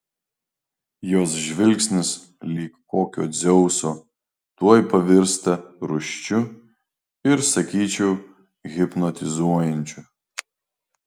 jos žvilgsnis lyg kokio dzeuso tuoj pavirsta rūsčiu ir sakyčiau hipnotizuojančiu